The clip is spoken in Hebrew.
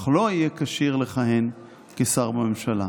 אך לא יהיה כשיר לכהן כשר בממשלה.